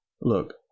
look